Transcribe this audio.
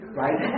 right